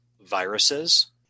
viruses